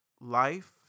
life